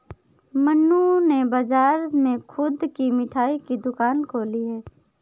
मन्नू ने बाजार में खुद की मिठाई की दुकान खोली है